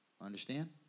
Understand